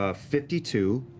ah fifty two,